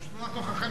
פשוט אנחנו חכמים.